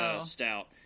stout